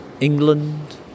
England